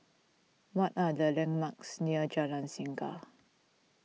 what are the landmarks near Jalan Singa